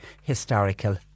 Historical